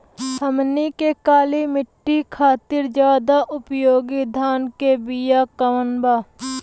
हमनी के काली माटी खातिर ज्यादा उपयोगी धान के बिया कवन बा?